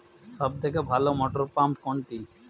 সবথেকে ভালো মটরপাম্প কোনটি?